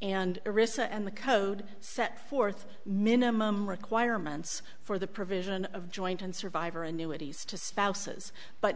and rissa and the code set forth minimum requirements for the provision of joint and survivor annuities to spouses but